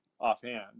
offhand